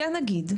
כן אגיד,